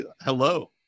hello